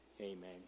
Amen